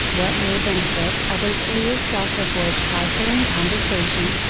what may benefit others or yourself avoid trifling conversation,